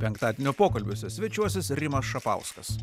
penktadienio pokalbiuose svečiuosis rimas šapauskas